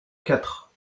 quatre